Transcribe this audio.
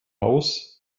house